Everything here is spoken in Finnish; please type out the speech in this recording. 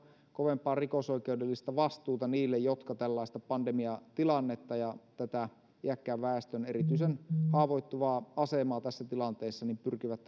kovempaa rikosoikeudellista vastuuta niille jotka tällaista pandemiatilannetta ja tätä iäkkään väestön erityisen haavoittuvaa asemaa tässä tilanteessa pyrkivät